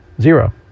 Zero